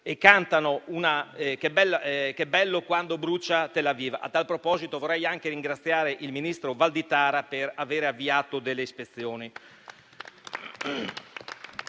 e cantavano "che bello quando brucia Tel Aviv". A tal proposito, vorrei ringraziare il ministro Valditara per aver avviato delle ispezioni.